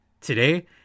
today